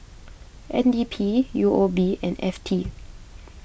N D P U O B and F T